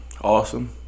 Awesome